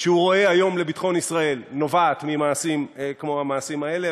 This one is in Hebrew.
שהוא רואה היום לביטחון ישראל נובעת ממעשים כמו המעשים האלה,